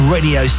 Radio